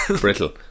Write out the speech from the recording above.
Brittle